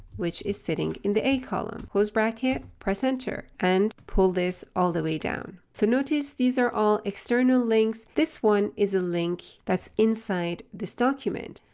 which is sitting in the a column. close bracket, press enter, and pull this all the way down. so notice these are all external links. this one is a link that's inside this document.